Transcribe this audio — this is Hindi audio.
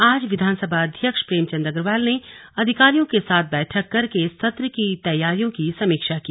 आज विधानसभा अध्यक्ष प्रेमचंद अग्रवाल ने अधिकारियों के साथ बैठक करके सत्र की तैयारियों की समीक्षा की